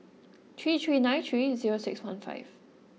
three three nine three zero six one five